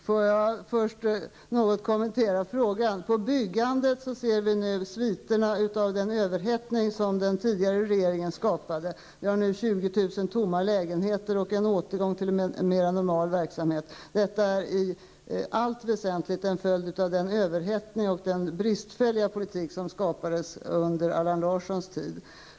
Herr talman! Låt mig först något kommentera frågan. Vad gäller byggandet ser vi nu sviterna av den överhettning som den tidigare regeringen skapade. Vi har 20 000 tomma lägenheter, och det är nu fråga om en återgång till en mer normal verksamhet. Detta är i allt väsentligt en följd av den överhettning som skapades och den bristfälliga politik som fördes under Allan Larssons tid.